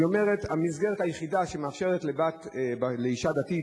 היא אומרת: המסגרת היחידה שמאפשרת לאשה דתית